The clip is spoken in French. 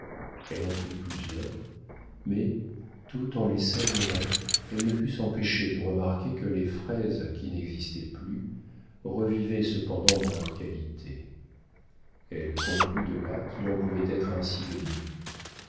elle en prit plusieurs mais tout en les savourant elle ne put s'empêcher de remarquer que les fraises qui n'existaient plus revivaient cependant dans leurs qualités elle conclut de là qu'il en pouvait être ainsi de nous